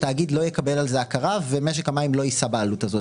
התאגיד לא יקבל על זה הכרה ומשק המים לא יישא בעלות הזאת,